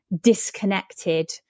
disconnected